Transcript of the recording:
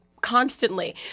constantly